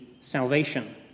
salvation